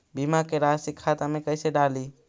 बीमा के रासी खाता में कैसे डाली?